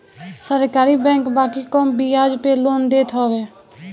सरकारी बैंक बाकी कम बियाज पे लोन देत हवे